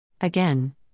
Again